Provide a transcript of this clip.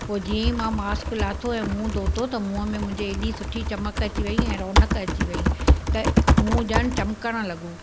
पोइ जीअं ई मां मास्क लाथो ऐं मुंहुं धोतो त मुंहुं में मुंहिंजे एॾी सुठी चमक अची वई ऐं रोनक़ु अची वई त मुंहुं ॼण चिमकणि लॻो